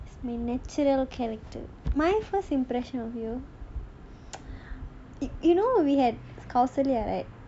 my natural character my first impression of you you you know we had right